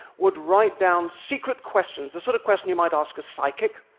would write down secret questions, the sort of questions you might ask a psychic,